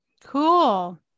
cool